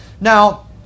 Now